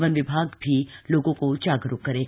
one विभाग भी लोगों को जागरूक करेगा